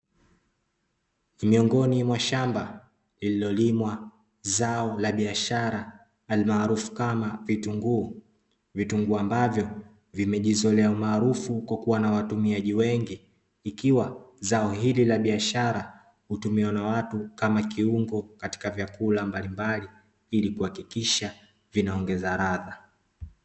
Miongoni mwa shamba lililolimwa zao la biashara almaarufu kama vitunguu, vitunguu ambavyo vimejizolea umaarufu kwa kuwa na watumiaji wengi, ikiwa zao hili la biashara hutumiwa na watu kama kiungo katika vyakula mbalimbali ili kuhakikisha vinaongeza ladha.